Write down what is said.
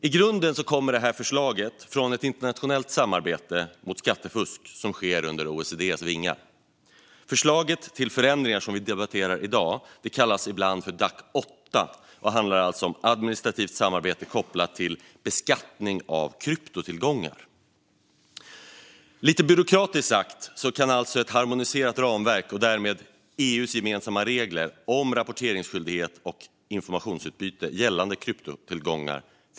I grunden kommer detta förslag från ett internationellt samarbete, under OECD:s vingar, mot skattefusk. Förslaget till förändringar som vi debatterar i dag kallas ibland DAC 8 och handlar om administrativt samarbete kopplat till beskattning av kryptotillgångar. Lite byråkratiskt sagt kan ett harmoniserat ramverk och därmed EU-gemensamma regler om rapporteringsskyldighet och informationsutbyte gällande kryptotillgångar förhindra skatteflykt.